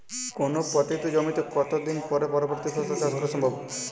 কোনো পতিত জমিতে কত দিন পরে পরবর্তী ফসল চাষ করা সম্ভব?